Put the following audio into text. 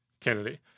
Kennedy